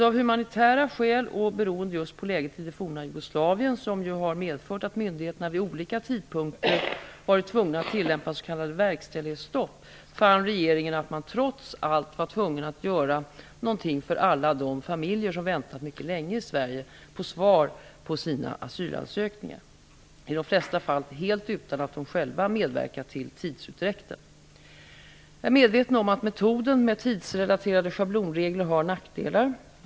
Av humanitära skäl och beroende just på läget i det forna Jugoslavien, som ju har medfört att myndigheterna vid olika tidpunkter varit tvungna att tillämpa s.k. verkställighetsstopp, fann regeringen att man trots allt var tvungen att göra något för alla de familjer som väntat mycket länge i Sverige på svar på sina asylansökningar, i de flesta fall helt utan att de själva medverkat till tidsutdräkten. Jag är medveten om att metoden med tidsrelaterade schablonregler har nackdelar.